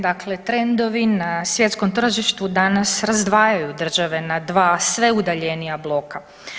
Dakle, trendovi na svjetskom tržištu danas razdvajaju države na dva sve udaljenija bloka.